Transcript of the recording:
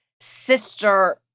sister